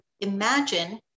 imagine